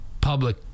public